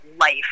life